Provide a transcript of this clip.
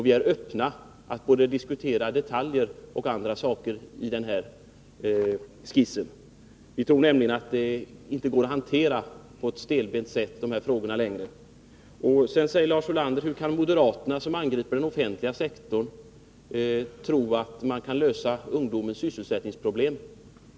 Vi är öppna för att diskutera både detaljer och andra saker i den här skissen. Vi tror nämligen att det inte längre går att hantera de här frågorna på ett stelbent sätt. Sedan säger Lars Ulander: Hur kan moderaterna, som angriper den offentliga sektorn, tro att man kan lösa ungdomens sysselsättningsproblem?